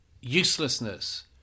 uselessness